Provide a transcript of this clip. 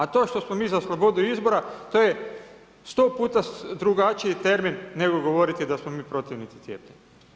A to što smo mi za slobodu izbora, to je sto puta drugačiji termin, nego govoriti da smo mi protivnici cjepiva.